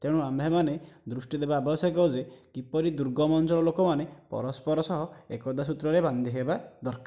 ତେଣୁ ଆମ୍ଭେମାନେ ଦୃଷ୍ଟି ଦେବା ଆବଶ୍ୟକ ଯେ କିପରି ଦୁର୍ଗମ ଅଞ୍ଚଳର ଲୋକମାନେ ପରସ୍ପର ସହ ଏକତା ସୂତ୍ରରେ ବାନ୍ଧି ହେବା ଦରକାର